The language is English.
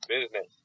business